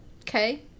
okay